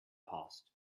past